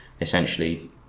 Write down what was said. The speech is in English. essentially